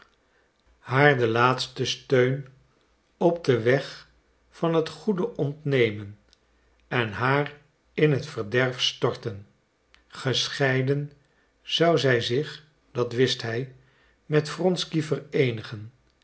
haar den laatsten steun op den weg van het goede ontnemen en haar in het verderf storten gescheiden zou zij zich dat wist hij met wronsky vereenigen